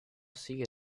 sigue